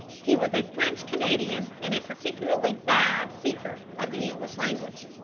he was a french-canadian, and a particularly bad speaker of the english language.